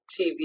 TV